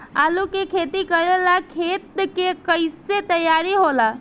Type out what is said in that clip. आलू के खेती करेला खेत के कैसे तैयारी होला?